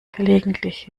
gelegentlich